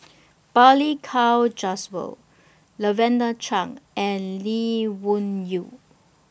Balli Kaur Jaswal Lavender Chang and Lee Wung Yew